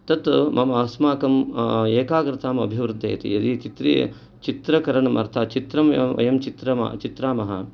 तत् मम अस्माकं एकाग्रताम् अभिवर्द्धयति यदि चित्री चित्रकरणम् अर्थात् चित्रम् एवं अयं चित्रं चित्रयामः